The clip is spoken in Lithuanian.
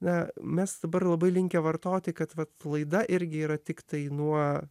na mes dabar labai linkę vartoti kad vat laida irgi yra tiktai nuo